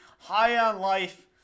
high-on-life